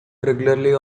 regularly